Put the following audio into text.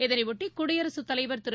இதனைபொட்டி குடியரசுத் தலைவர் திரு